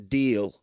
deal